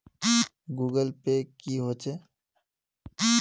Google pay की होचे?